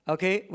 Okay